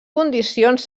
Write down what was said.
condicions